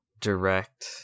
direct